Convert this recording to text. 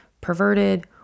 perverted